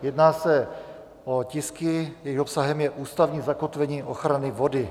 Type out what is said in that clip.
Jedná se o tisky, jejichž obsahem je ústavní zakotvení ochrany vody.